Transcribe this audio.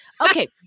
Okay